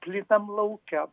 plynam lauke